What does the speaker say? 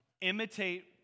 Imitate